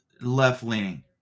left-leaning